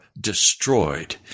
destroyed